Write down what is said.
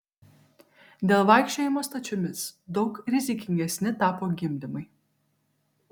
dėl vaikščiojimo stačiomis daug rizikingesni tapo gimdymai